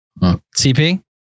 CP